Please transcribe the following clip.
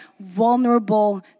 vulnerable